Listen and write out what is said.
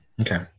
Okay